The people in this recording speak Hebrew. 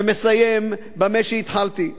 ומסיים במה שהתחלתי: